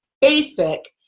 basic